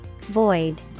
Void